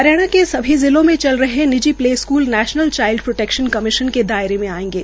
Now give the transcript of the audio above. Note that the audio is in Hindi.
हरियाणा के सभी जिलों में चलरही निजी play school national child protection commission के दायरे में आयेंगे